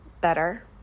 better